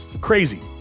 crazy